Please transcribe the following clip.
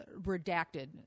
redacted